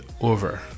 over